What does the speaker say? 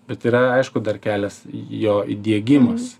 bet yra aišku dar kelias į jo įdiegimas